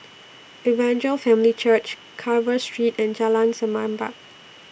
Evangel Family Church Carver Street and Jalan Semerbak